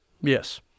Yes